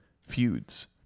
feuds